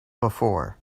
before